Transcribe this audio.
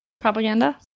propaganda